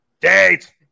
Date